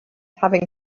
having